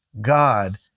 God